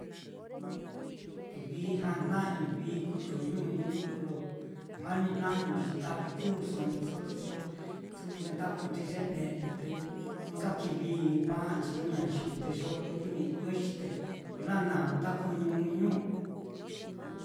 Vii ja'a jna'añu, vii kutuñu ɨ́ɨ́n ɨ́ɨ́nñu, kú lo kuu janijna'añu xi nda'vi kuuso su'u ye nda kuunchi ye jne'nu te ni kii va'anchi ñuñayivi, te yo'o lo kuuñu ikuexi te ko nana nda kuuñu ɨ́ɨ́n ɨ́ɨ́nñu.